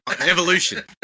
evolution